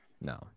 No